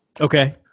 Okay